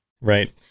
right